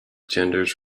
genders